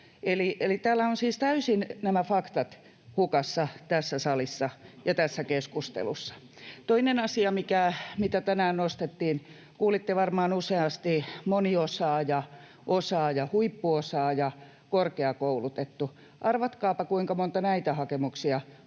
on siis täysin nämä faktat hukassa. [Olli Immonen: Muunneltua totuutta!] Toinen asia, mitä tänään nostettiin — kuulitte varmaan useasti: moniosaaja, osaaja, huippuosaaja, korkeakoulutettu. Arvatkaapa, kuinka monta näitä hakemuksia on